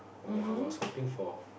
oh I was hoping for